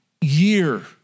year